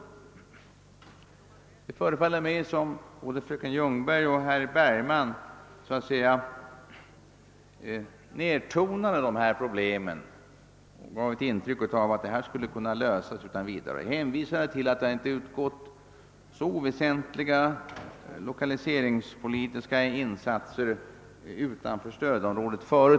Det föreföll som om både fröken Ljungberg och herr Bergman här nedtonade dessa problem och ansåg att de skulle kunna lösas utan vidare under hänvisning till att det tidigare gjorts icke oväsentliga lokaliseringsinsatser utanför stödområdena.